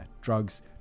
drugs